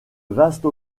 vaste